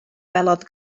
welodd